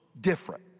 different